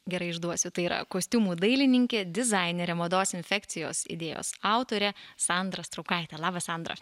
gerai išduosiu tai yra kostiumų dailininkė dizainerė mados infekcijos idėjos autorė sandra straukaitė labas sandra